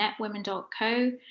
netwomen.co